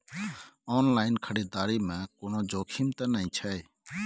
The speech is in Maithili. ऑनलाइन खरीददारी में कोनो जोखिम त नय छै?